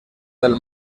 del